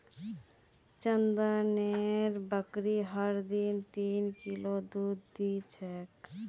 चंदनेर बकरी हर दिन तीन किलो दूध दी छेक